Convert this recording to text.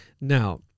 Now